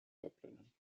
verbrennen